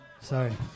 Sorry